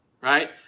right